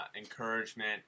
Encouragement